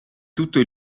tutto